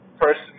person